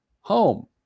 home